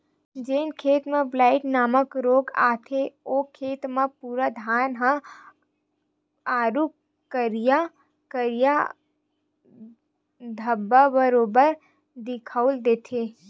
जेन खेत म ब्लाईट नामक रोग आथे ओ खेत के पूरा धान ह आरुग करिया करिया धब्बा बरोबर दिखउल देथे